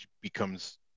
becomes